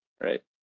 right